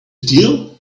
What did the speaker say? deal